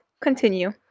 Continue